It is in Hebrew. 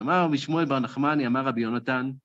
אמר רבי שמואל בר נחמני, אמר רבי יונתן,